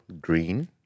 Green